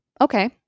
okay